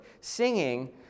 singing